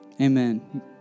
Amen